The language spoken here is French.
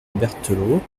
berthelot